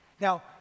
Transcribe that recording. Now